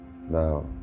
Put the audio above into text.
Now